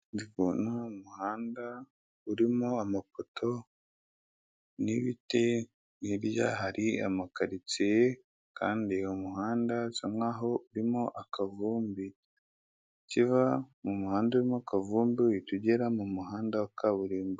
Ndikubona umuhanda urimo amapoto n'ibiti, hirya hari amakaritsiye kandi umuhanda usa nkaho urimo akavumbi. Ukiva mu muhanda urimo akavumbi, uhita ugera mu muhanda wa kaburimbo.